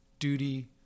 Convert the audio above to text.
Duty